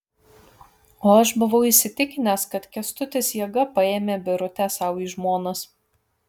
o aš buvau įsitikinęs kad kęstutis jėga paėmė birutę sau į žmonas